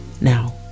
Now